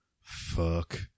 fuck